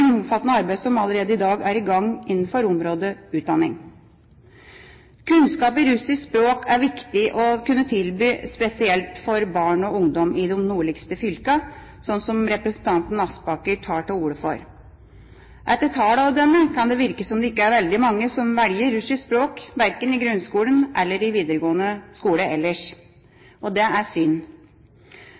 omfattende arbeidet som allerede i dag er i gang innenfor området utdanning. Kunnskap i russisk språk er viktig å kunne tilby spesielt barn og ungdom i de nordligste fylkene, slik representanten Aspaker tar til orde for. Etter tallene å dømme kan det virke som om det ikke er veldig mange som velger russisk språk verken i grunnskolen eller i videregående skole. Det er synd.